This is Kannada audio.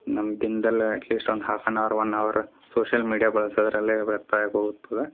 ನಮ್ಮ ದಿನ್ದಲ್ಲೇ ಅಟ್ಲಿಸ್ಟ್ ಒಂದು half an hour one hour social media ಬಳಸದ್ರಲ್ಲೇ ವ್ಯರ್ಥ ಆಗೋಗ್ತದೆ